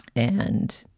and,